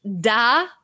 da